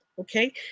Okay